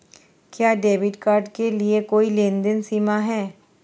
क्या debit card के लिए कोई लेनदेन सीमा है?